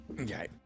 Okay